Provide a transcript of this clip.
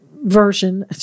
version